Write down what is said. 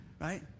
Right